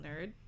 nerd